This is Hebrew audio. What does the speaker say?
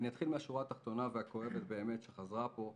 אתחיל מהשורה התחתונה והכואבת באמת שחזרה פה.